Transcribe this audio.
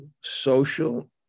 social